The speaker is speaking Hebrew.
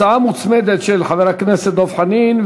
הצעה מוצמדת של חבר הכנסת דב חנין,